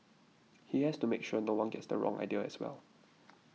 he has to make sure no one gets the wrong idea as well